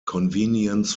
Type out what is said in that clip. convenience